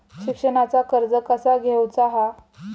शिक्षणाचा कर्ज कसा घेऊचा हा?